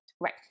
Right